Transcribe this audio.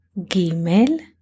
gimel